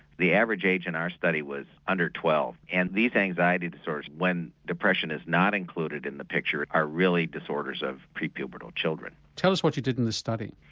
the average age in our study was under twelve and these anxiety disorders when depression is not included in the picture are really disorders of pre-pubertal children. tell us what you did in the study?